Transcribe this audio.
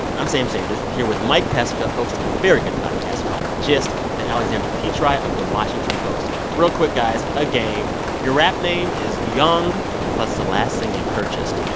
i'm sam sanders, here with mike pesca, host of a very good podcast called the gist and alexandra petri of the washington post. real quick guys a game your rap name is young plus the last thing you purchased.